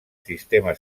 sistema